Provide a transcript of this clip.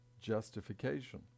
justification